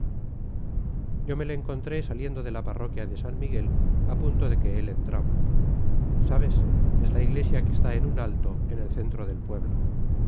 yo me le encontré saliendo de la parroquia de san miguel a punto de que él entraba sabes es la iglesia que está en un alto en el centro del pueblo